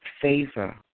favor